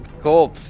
Cool